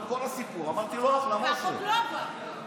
למה אתה מאשים רק, זה מדהים.